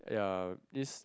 yeah